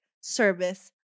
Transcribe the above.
service